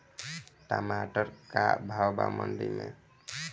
टमाटर का भाव बा मंडी मे?